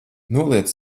noliec